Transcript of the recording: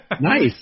Nice